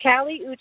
Callie